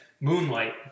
Moonlight